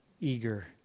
eager